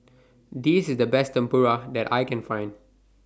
This IS The Best Tempura that I Can Find